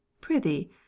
prithee